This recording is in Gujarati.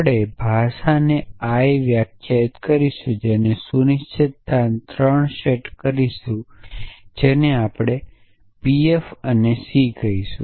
આપણે ભાષાને l વ્યાખ્યાયિત કરીશું જેની સુનિશ્ચિતતા 3 સેટ કરીશું જેને આપણે P F અને C કહીશું